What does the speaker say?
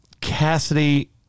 Cassidy